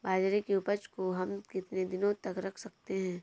बाजरे की उपज को हम कितने दिनों तक रख सकते हैं?